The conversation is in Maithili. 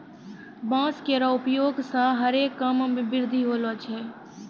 बांस केरो उपयोग सें हरे काम मे वृद्धि होलो छै